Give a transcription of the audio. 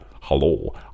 Hello